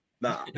Nah